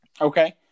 Okay